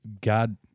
God